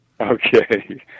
Okay